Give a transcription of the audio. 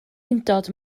undod